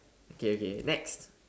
okay okay next